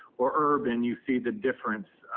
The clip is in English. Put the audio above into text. or urban, you see the difference